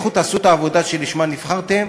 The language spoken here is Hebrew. לכו תעשו את העבודה שלשמה נבחרתם.